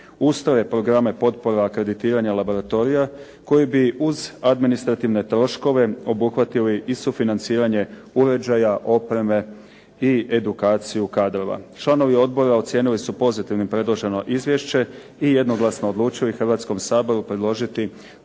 razumije./… programa potpora akreditiranja laboratorija koji bi uz administrativne troškove obuhvatili i sufinanciranje uređaja, opreme i edukaciju kadrova. Članovi odbora ocijenili su pozitivnim predloženo izvješće i jednoglasno odlučili Hrvatskom saboru predložiti